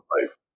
life